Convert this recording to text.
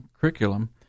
curriculum